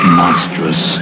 monstrous